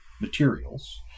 materials